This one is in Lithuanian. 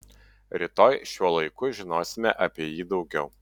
rytoj šiuo laiku žinosime apie jį daugiau